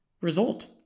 result